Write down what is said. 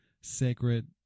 sacred